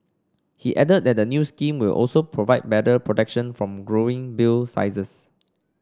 he added that new scheme will also provide better protection from growing bill sizes